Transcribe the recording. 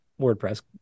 WordPress